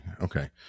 Okay